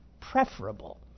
preferable